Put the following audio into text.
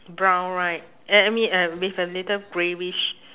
brown right eh I mean uh with a little greyish